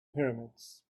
pyramids